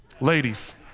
Ladies